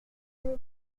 n’est